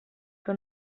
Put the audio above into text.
que